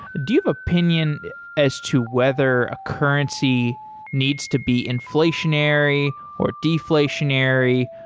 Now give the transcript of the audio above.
do you have opinion as to whether a currency needs to be inflationary, or deflationary,